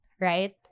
right